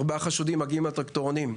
ארבע חשודים שמגיעים על טרקטורונים,